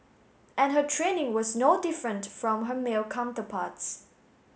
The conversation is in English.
and her training was no different from her male counterparts